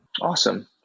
Awesome